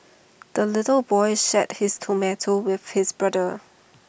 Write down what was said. the little boy shared his tomato with his brother